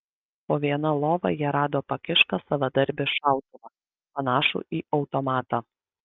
po viena lova jie rado pakištą savadarbį šautuvą panašų į automatą